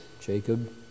Jacob